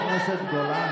חברת הכנסת גולן,